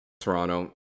Toronto